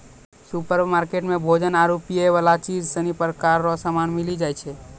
supermarket मे भोजन आरु पीयवला चीज सनी प्रकार रो समान मिली जाय छै